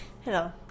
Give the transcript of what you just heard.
Hello